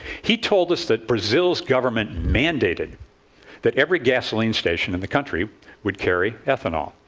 he told us that brazil's government mandated that every gasoline station and the country would carry ethanol.